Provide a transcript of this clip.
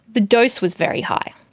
the dose was very high.